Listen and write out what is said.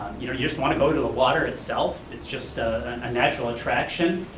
you know you just wanna go to the water itself. it's just a natural attraction,